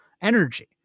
energy